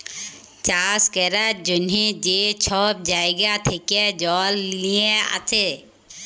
চাষ ক্যরার জ্যনহে যে ছব জাইগা থ্যাকে জল লিঁয়ে আসে